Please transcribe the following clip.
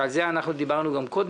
שעל זה דיברנו גם קודם.